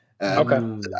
Okay